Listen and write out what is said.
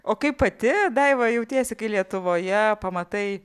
o kaip pati daiva jautiesi kai lietuvoje pamatai